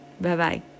Bye-bye